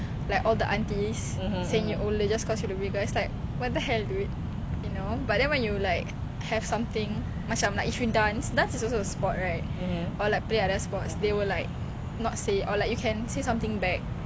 say something back but then ya makcik makcik sekarang tak tahu like ya they not it's like bukan tegur it's like menyindir then I'm like !wow! oh really ah your parents like that